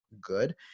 good